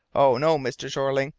oh, no, mr. jeorling.